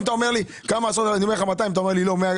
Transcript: אם אתה אומר לי, אני אומר לך 200 אתה אומר לי לא.